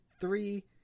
three